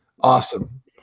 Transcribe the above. awesome